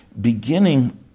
beginning